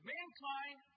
Mankind